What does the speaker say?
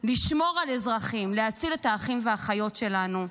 לשמור על אזרחים, להציל את האחים והאחיות שלנו.